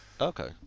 Okay